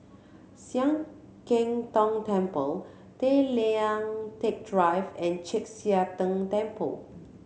Sian Keng Tong Temple Tay Liang Teck Drive and Chek Sia Tng Temple